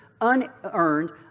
unearned